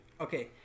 Okay